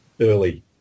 early